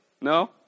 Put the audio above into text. No